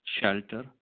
shelter